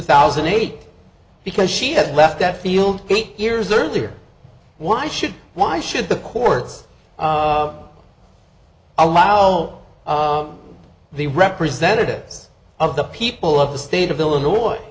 thousand and eight because she had left that field eight years earlier why should why should the courts allow the representatives of the people of the state of illinois